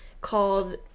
called